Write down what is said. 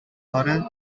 buttons